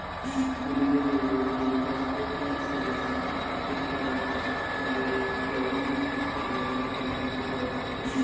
খনিজ যৌগগুলো ফসফরিক অ্যাসিডের সাথে বিক্রিয়া করার ফলে দ্রবণীয় ফসফেট লবণে পরিণত হয়